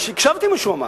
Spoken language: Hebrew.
הקשבתי למה שהוא אמר.